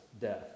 death